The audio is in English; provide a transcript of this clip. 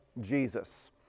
Jesus